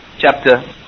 chapter